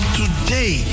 today